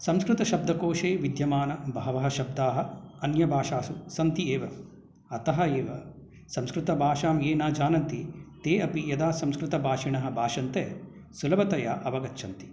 संस्कृतशब्दकोशे विद्यमानबहवः शब्दाः अन्यभाषासु सन्ति एव अतः एव संस्कृतभाषां ये न जानन्ति ते अपि यदा संस्कृतभाषिणः भाषन्ते सुलभतया अवगच्छन्ति